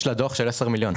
יש לה דוח של 10 מיליון.